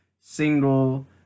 single